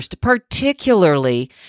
particularly